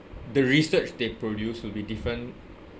the research they produce will be different